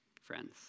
friends